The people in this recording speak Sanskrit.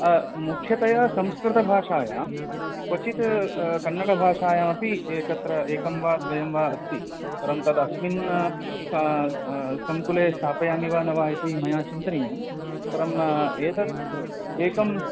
मुख्यतया संस्कृतभाषायां क्वचित् कन्नडभाषायामपि एकत्र एकं वा द्वयं वा अस्ति परं तदस्मिन् सङ्कुले स्थापयामि वा न वा इति मया चिन्तनीयं परम् एतत् एकं